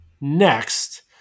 next